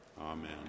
Amen